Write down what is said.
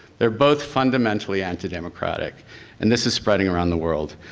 they're both fundamentally antidemocratic and this is spreading around the world,